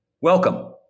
Welcome